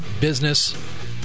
business